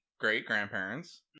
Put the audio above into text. great-grandparents